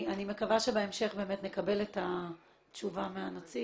אני מקווה שבהמשך נקבל את התשובה מהנציג.